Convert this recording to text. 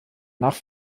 nach